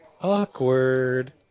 Awkward